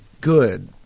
good